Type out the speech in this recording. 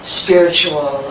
spiritual